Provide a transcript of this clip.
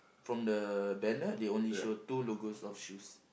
from the banner they only show two logos of shoes